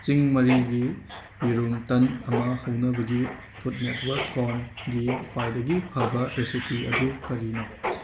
ꯆꯤꯡ ꯃꯔꯤꯒꯤ ꯌꯦꯔꯨꯝ ꯇꯟ ꯑꯃ ꯍꯧꯅꯕꯒꯤ ꯐꯨꯗꯅꯦꯠꯋꯔꯛꯀꯣꯝꯒꯤ ꯈ꯭ꯋꯥꯏꯗꯒꯤ ꯐꯕ ꯔꯦꯁꯤꯄꯤ ꯑꯗꯨ ꯀꯔꯤꯅꯣ